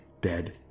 dead